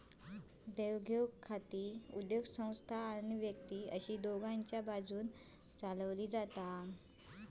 देवघेव खाती उद्योगसंस्था आणि व्यक्ती अशी दोघांच्याय बाजून चलवली जातत